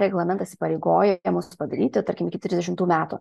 reglamentas įpareigoja mus padaryti tarkim iki trisdešimtų metų